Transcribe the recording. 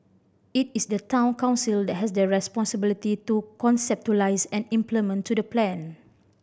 it is the Town Council that has the responsibility to conceptualise and implement the plan